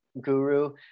guru